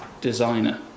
designer